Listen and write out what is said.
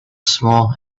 small